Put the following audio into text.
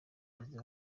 perezida